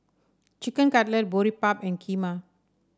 Chicken Cutlet Boribap and Kheema